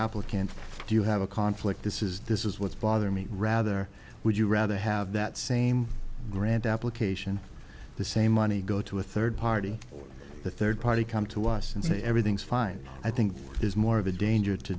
applicant do you have a conflict this is this is what's bothering me rather would you rather have that same grant application the same money go to a third party the third party come to us and say everything's fine i think is more of a danger to